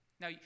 now